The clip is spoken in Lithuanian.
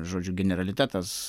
žodžiu generalitetas